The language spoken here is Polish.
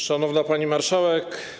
Szanowna Pani Marszałek!